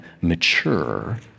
mature